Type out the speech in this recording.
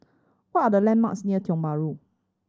what are the landmarks near Tiong Bahru